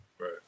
Right